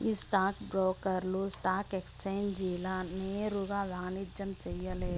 ఈ స్టాక్ బ్రోకర్లు స్టాక్ ఎక్సేంజీల నేరుగా వాణిజ్యం చేయలేరు